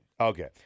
okay